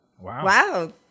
Wow